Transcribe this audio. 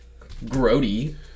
grody